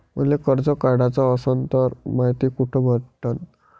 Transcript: मले कर्ज काढाच असनं तर मायती कुठ भेटनं?